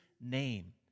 name